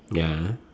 ya